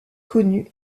connue